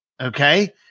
okay